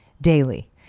daily